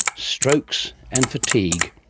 strokes and fatigue.